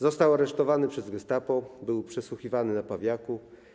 Został aresztowany przez gestapo, był przesłuchiwany na Pawiaku.